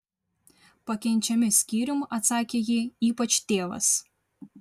pakenčiami skyrium atsakė ji ypač tėvas